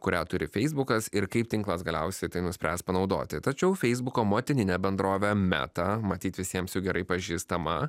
kurią turi feisbukas ir kaip tinklas galiausiai tai nuspręs panaudoti tačiau feisbuko motininė bendrovė meta matyt visiems jau gerai pažįstama